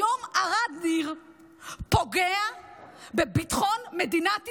היום ערד ניר פוגע בביטחון מדינת ישראל.